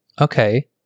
okay